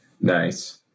Nice